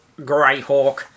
Greyhawk